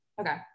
Okay